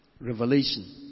revelation